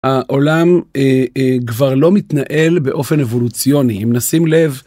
העולם כבר לא מתנהל באופן אבולוציוני, אם נשים לב.